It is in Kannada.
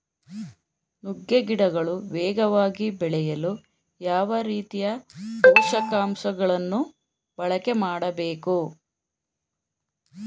ನುಗ್ಗೆ ಗಿಡಗಳು ವೇಗವಾಗಿ ಬೆಳೆಯಲು ಯಾವ ರೀತಿಯ ಪೋಷಕಾಂಶಗಳನ್ನು ಬಳಕೆ ಮಾಡಬೇಕು?